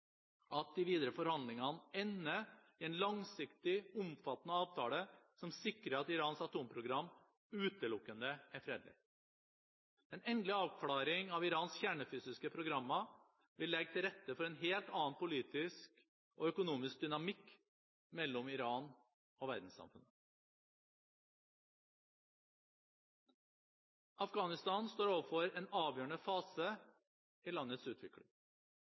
at de videre forhandlingene ender i en langsiktig, omfattende avtale som sikrer at Irans atomprogram utelukkende er fredelig. En endelig avklaring av Irans kjernefysiske programmer vil legge til rette for en helt annen politisk og økonomisk dynamikk mellom Iran og verdenssamfunnet. Afghanistan står overfor en avgjørende fase i landets utvikling.